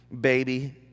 baby